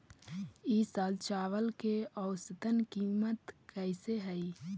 ई साल चावल के औसतन कीमत कैसे हई?